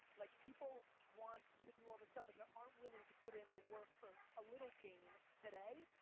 like people want to do all this stuff and they aren't willing to put in the work for a little gain today,